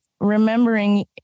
remembering